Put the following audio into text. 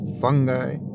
fungi